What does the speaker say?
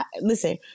Listen